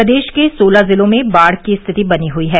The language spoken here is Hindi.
प्रदेश के सोलह जिलों में बाढ़ की स्थिति बनी हुई है